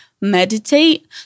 meditate